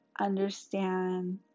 understand